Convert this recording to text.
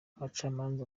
abacamanza